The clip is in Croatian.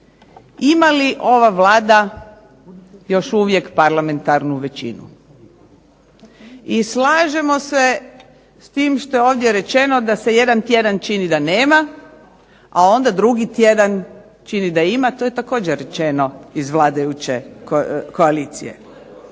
ima li ova Vlada još uvijek parlamentarnu većinu. I slažemo se s tim što je ovdje rečeno da se jedan tjedan čini da nema, a onda drugi tjedan čini da ima, to je također rečeno iz vladajuće koalicije.